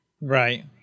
Right